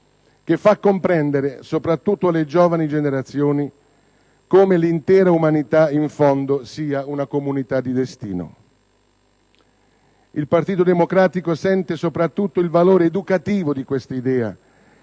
che fa comprendere, soprattutto alle giovani generazioni, come l'intera umanità in fondo sia una comunità di destino. Il Partito Democratico sente soprattutto il valore educativo di questa idea,